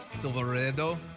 Silverado